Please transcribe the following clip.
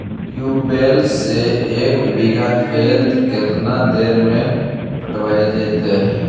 Tubewell से एक बिघा खेत केतना देर में पटैबए जितै?